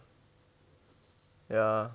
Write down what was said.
ya